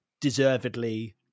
deservedly